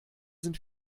sind